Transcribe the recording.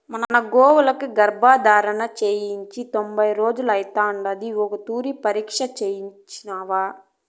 మన గోవులకి గర్భధారణ చేయించి తొంభై రోజులైతాంది ఓ తూరి పరీచ్ఛ చేయించినావా